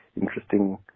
interesting